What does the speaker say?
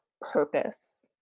purpose